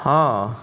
ହଁ